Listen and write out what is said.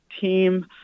team